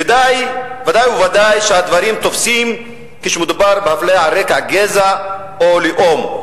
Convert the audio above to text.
ודאי וודאי שהדברים תופסים כשמדובר בהפליה על רקע גזע או לאום.